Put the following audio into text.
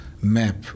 map